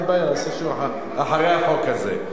אין לי בעיה, אחרי החוק הזה.